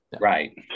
Right